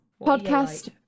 podcast